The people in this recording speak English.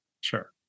Sure